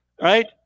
Right